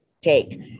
take